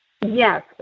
Yes